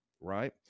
right